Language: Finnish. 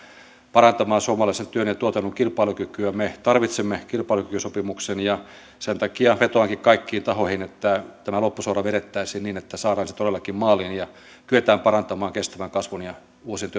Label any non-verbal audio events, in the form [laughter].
parantamaan suomalaisen työn ja tuotannon kilpailukykyä me tarvitsemme kilpailukykysopimuksen sen takia vetoankin kaikkiin tahoihin että tämä loppusuora vedettäisiin niin että saadaan se todellakin maaliin ja kyetään parantamaan kestävän kasvun ja uusien [unintelligible]